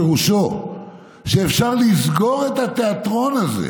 "פירושו שאפשר לסגור את התיאטרון הזה,